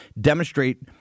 demonstrate